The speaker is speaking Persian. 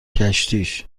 کشتیش